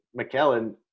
McKellen